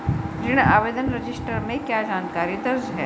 ऋण आवेदन रजिस्टर में क्या जानकारी दर्ज है?